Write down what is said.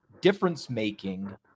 difference-making